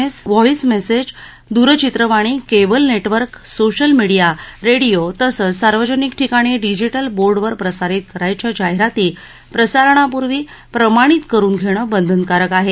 S voice message दूरचित्रवाणी cable network social media radio तसंच सार्वजनिक ठिकाणी डिजीटल बोर्डवर प्रसारित करावयाच्या जाहिराती प्रसारणापूर्वी प्रमाणित करुन घेणे बंधनकारक आहे